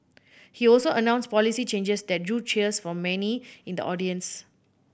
he also announced policy changes that drew cheers from many in the audience